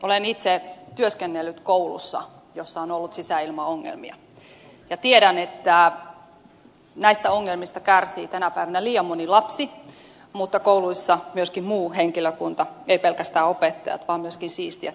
olen itse työskennellyt koulussa jossa on ollut sisäilmaongelmia ja tiedän että näistä ongelmista kärsii tänä päivänä liian moni lapsi mutta kouluissa myöskin muu henkilökunta ei pelkästään opettajat vaan myöskin siistijät keittäjät ja niin edelleen